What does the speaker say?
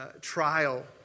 trial